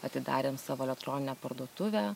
atidarėm savo elektroninę parduotuvę